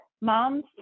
moms